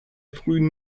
frühen